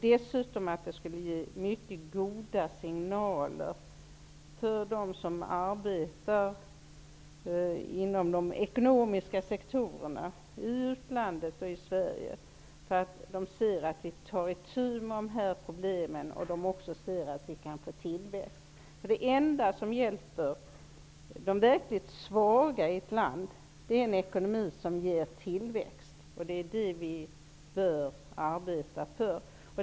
Dessutom tror jag att det skulle ge mycket goda signaler till dem som arbetar inom de ekonomiska sektorerna, både i utlandet och i Sverige. Det är viktigt att man ser att vi tar itu med de här problemen och att vi kan få en tillväxt. Det enda som hjälper de verkligt svaga i ett land är en ekonomi som ger tillväxt, och det är vad vi bör arbeta för.